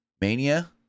mania